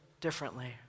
differently